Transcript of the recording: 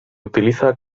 utiliza